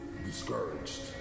Discouraged